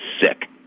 sick